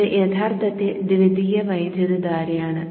ഇത് യഥാർത്ഥത്തിൽ ദ്വിതീയ വൈദ്യുതധാരയാണ്